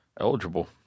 eligible